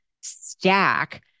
stack